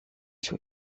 шүү